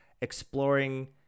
exploring